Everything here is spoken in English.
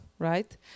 Right